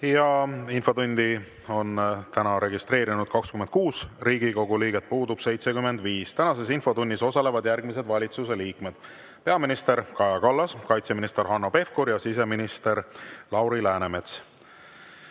[osalejaks] on täna registreerunud 26 Riigikogu liiget, puudub 75.Tänases infotunnis osalevad järgmised valitsuse liikmed: peaminister Kaja Kallas, kaitseminister Hanno Pevkur ja siseminister Lauri Läänemets.